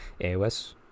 aos